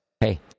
Hey